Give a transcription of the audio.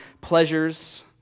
pleasures